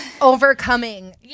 overcoming